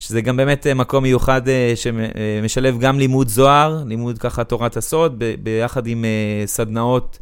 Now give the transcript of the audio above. שזה גם באמת מקום מיוחד שמשלב גם לימוד זוהר, לימוד ככה תורת הסוד, ביחד עם סדנאות.